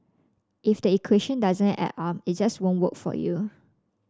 if the equation doesn't add up it just won't work for you